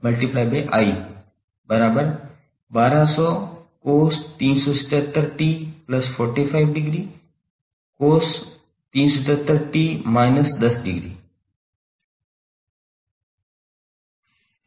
𝑝𝑡𝑣𝑖1200cos377𝑡45°cos377𝑡−10° आप कह सकते हैं कि यह A है और यह B है